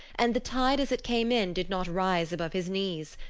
and the tide as it came in did not rise above his knees.